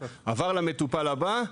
עבר למטופל הבא,